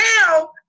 now